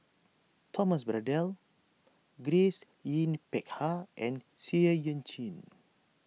Thomas Braddell Grace Yin Peck Ha and Seah Eu Chin